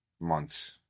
months